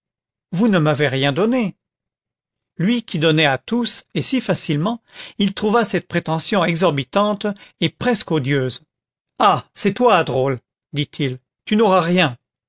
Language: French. vous ne m'avez rien donné lui qui donnait à tous et si facilement il trouva cette prétention exorbitante et presque odieuse ah c'est toi drôle dit-il tu n'auras rien